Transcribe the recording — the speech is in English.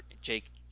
Jake